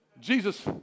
Jesus